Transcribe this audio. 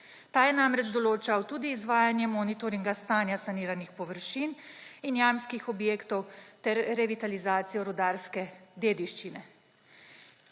Ta je namreč določal tudi izvajanje monitoringa stanja saniranih površin in jamskih objektov ter revitalizacijo rudarske dediščine.